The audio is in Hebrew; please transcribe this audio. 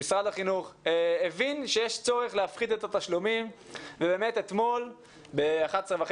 ומשרד החינוך הבין שיש צורך להפחית את התשלומים ובאמת אתמול ב-11:30